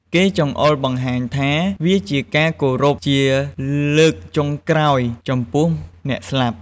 គេចង្អុលបង្ហាញថា វាជាការគោរពជាលើកចុងក្រោយចំពោះអ្នកស្លាប់។